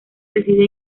reside